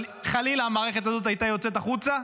אבל אם חלילה המערכת הזאת הייתה יוצאת החוצה,